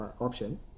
option